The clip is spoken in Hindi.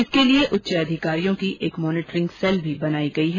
इसके लिये उच्चअधिकारियों की एक मोनिटरिंग सेल बनाई गई है